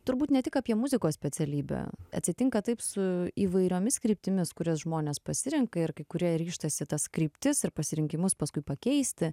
turbūt ne tik apie muzikos specialybę atsitinka taip su įvairiomis kryptimis kurias žmonės pasirenka ir kai kurie ryžtasi tas kryptis ir pasirinkimus paskui pakeisti